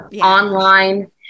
online